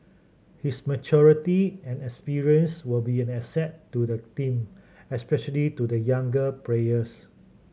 his maturity and experience will be an asset to the team especially to the younger prayers